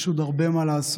יש עוד הרבה מה לעשות,